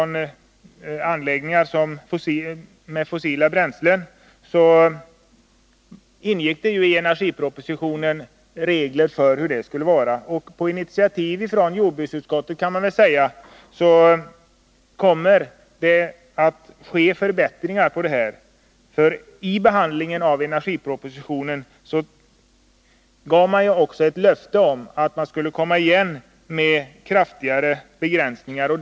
I energipropositionen ingick regler beträffande utsläppen i miljön från anläggningar med fossila bränslen. Och på initiativ av jordbruksutskottet kommer det att ske förbättringar på detta område. Vid behandlingen av energipropositionen gavs ju ett löfte om att regeringen skall komma igen med kraftigare begränsningar.